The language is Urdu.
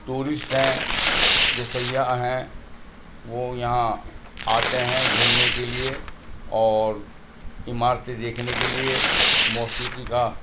ٹورسٹ ہیں جو سیاح ہیں وہ یہاں آتے ہیں گھومنے کے لیے اور عمارتیں دیکھنے کے لیے موسیقی کا